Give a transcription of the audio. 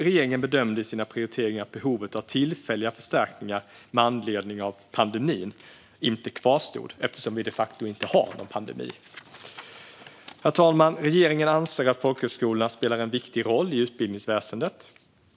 Regeringen bedömde i sina prioriteringar att behovet av tillfälliga förstärkningar med anledning av pandemin inte kvarstod, eftersom vi de facto inte har någon pandemi. Herr talman! Regeringen anser att folkhögskolorna spelar en viktig roll i utbildningsväsendet.